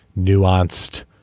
nuanced